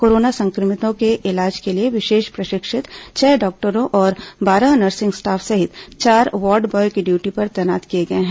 corona संक्रमितों के इलाज के लिए विशेष प्रशिक्षित छह डॉक्टरों और बारह नसिंग स्टाफ सहित चार वार्ड ब्यॉय भी ड्यूटी पर तैनात किए गए हैं